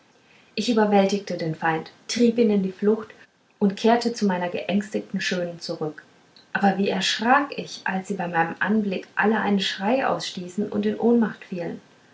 ich überwältigte den feind trieb ihn in die flucht und kehrte zu meiner geängstigten schönen zurück aber wie erschrak ich als sie bei meinem anblick alle einen schrei ausstießen und in ohnmacht fielen